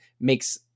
makes